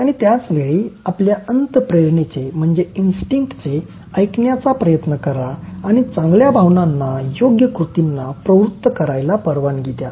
आणि त्याच वेळी आपल्या अंतप्रेरणेचे ऐकण्याचा प्रयत्न करा आणि चांगल्या भावनांना योग्य कृतींना प्रवृत्त करायला परवानगी द्या